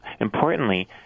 importantly